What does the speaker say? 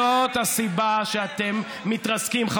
זאת הסיבה שאתם מתרסקים.